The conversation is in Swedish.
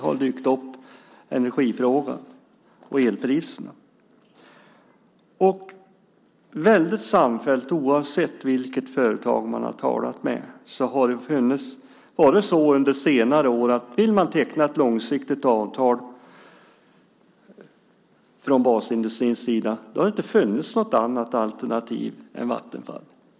Väldigt samfällt säger man, oavsett vilket företag man har talat med, att det under senare år har varit så att om man från basindustrins sida velat teckna ett långsiktigt avtal har det inte funnits något annat alternativ än Vattenfall.